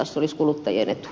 se olisi kuluttajien etu